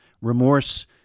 Remorse